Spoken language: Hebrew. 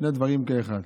שני דברים כאחד.